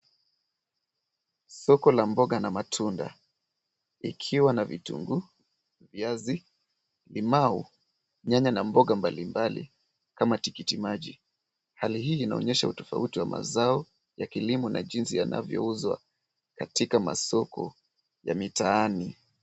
Soko la mboga na matunda ikiwa na vitunguu, viazi, limau, nyanya na mboga mbalimbali kama tikiti maji. Hali hii inaonyesha utofauti wa mazao ya kilimo na jinsi yanavyouzwa katika masoko ya mitaani.